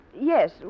Yes